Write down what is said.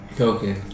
Okay